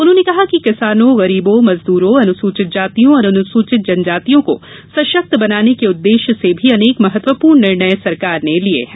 उन्होंने कहा कि किसानों गरीबों मजदूरों अनुसूचित जातियों और अनुसूचित जनजातियों को सशक्त बनाने के उद्देश्य से भी अनेक महत्वपूर्ण निर्णय सरकार ने लिए हैं